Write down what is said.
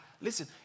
Listen